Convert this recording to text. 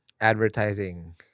advertising